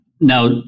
Now